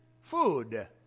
food